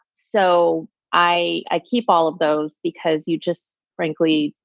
so i i keep all of those because you just, frankly,